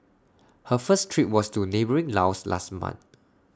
her first trip was to neighbouring Laos last month